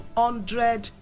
hundred